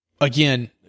Again